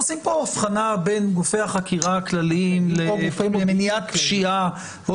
עושים פה אבחנה בין גופי החקירה הכלליים למניעת פשיעה או